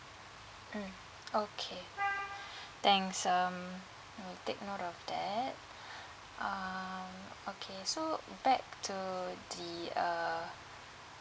mm okay thanks um I'll take note of that um okay so back to the uh